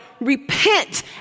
repent